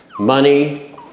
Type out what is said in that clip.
money